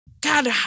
God